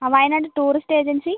അതെ Wayanad tourist agency